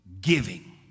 giving